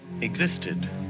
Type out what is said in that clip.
existed